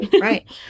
Right